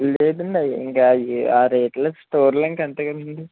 లేదండి అవి ఇంక అవి ఆ రేట్లు స్టోర్లో ఇంక అంతే కదండి